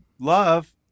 love